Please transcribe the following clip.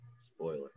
Spoiler